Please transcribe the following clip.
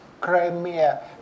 Crimea